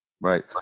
Right